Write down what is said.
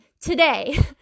today